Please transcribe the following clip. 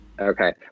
Okay